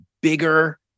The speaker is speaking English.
bigger